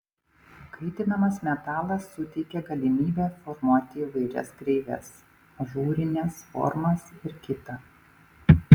kaitinamas metalas suteikia galimybę formuoti įvairias kreives ažūrines formas ir kita